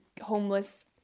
homeless